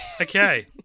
okay